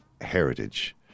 heritage